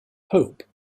pope